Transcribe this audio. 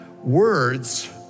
words